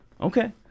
Okay